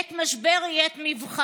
עת משבר היא עת מבחן.